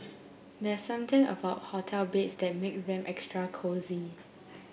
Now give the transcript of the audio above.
there's something about hotel beds that make them extra cosy